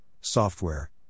software